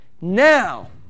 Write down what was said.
Now